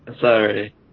Sorry